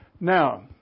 Now